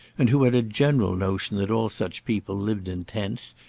and who had a general notion that all such people lived in tents,